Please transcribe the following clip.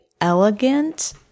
elegant